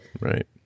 Right